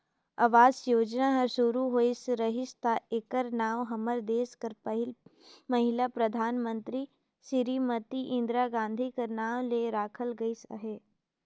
आवास योजना हर सुरू होए रहिस ता एकर नांव हमर देस कर पहिल महिला परधानमंतरी सिरीमती इंदिरा गांधी कर नांव ले राखल गइस अहे